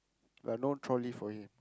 but no trolley for him